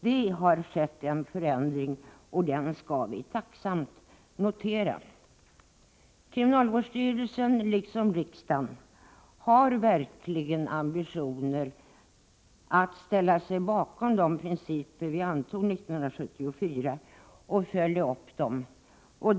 Det har skett en förändring, och den skall vi tacksamt notera. Kriminalvårdsstyrelsen, liksom riksdagen, har verkligen ambitioner att leva upp till de principer vi antog 1974 och följa upp dessa.